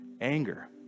anger